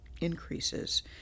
increases